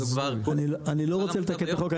אני לא רוצה לתקן את החוק,